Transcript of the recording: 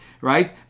right